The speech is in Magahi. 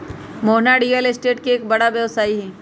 मोहना रियल स्टेट के एक बड़ा व्यवसायी हई